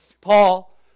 Paul